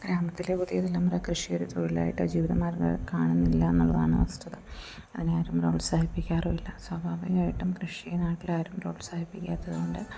ഗ്രാമത്തിലെ പുതിയതലമുറ കൃഷി ഒരു തൊഴിലായിട്ടോ ജീവിതമാർഗ്ഗമോ കാണുന്നില്ല എന്നുള്ളതാണ് വസ്തുത അതിന് ആരും പ്രോത്സാഹിപ്പിക്കാറും ഇല്ല സ്വാഭാവികവായിട്ടും കൃഷിയെ നാട്ടിൽ ആരും പ്രോത്സാഹിപ്പിക്കാത്തത് കൊണ്ട്